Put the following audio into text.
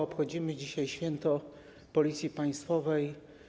Obchodzimy dzisiaj święto Policji państwowej.